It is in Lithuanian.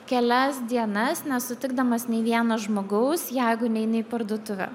kelias dienas nesutikdamas nei vieno žmogaus jeigu neini į parduotuvę